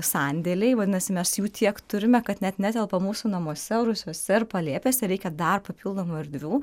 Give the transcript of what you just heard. sandėliai vadinasi mes jų tiek turime kad net netelpa mūsų namuose rūsiuose ir palėpėse reikia dar papildomų erdvių